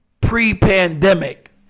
pre-pandemic